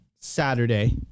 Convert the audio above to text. Saturday